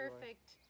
perfect